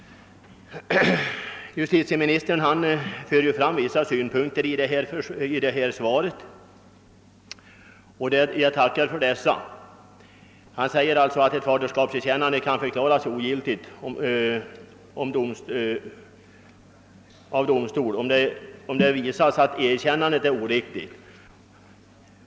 Justitieministern framförde vissa synpunkter i sitt svar, och jag tackar för dessa. Han säger att »ett faderskapserkännande kan förklaras ogiltigt av domstol, om det visas att erkännandet är oriktigt.